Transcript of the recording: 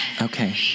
Okay